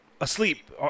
asleep